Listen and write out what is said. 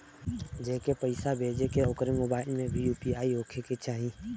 जेके पैसा भेजे के ह ओकरे मोबाइल मे भी यू.पी.आई होखे के चाही?